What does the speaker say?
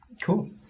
Cool